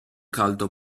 caldo